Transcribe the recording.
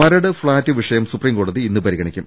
Maradu flat വിഷയം സുപ്രീംകോടതി ഇന്ന് പരിഗണിക്കും